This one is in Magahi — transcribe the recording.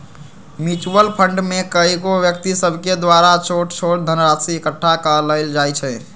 म्यूच्यूअल फंड में कएगो व्यक्ति सभके द्वारा छोट छोट धनराशि एकठ्ठा क लेल जाइ छइ